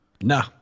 Nah